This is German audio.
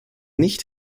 nicht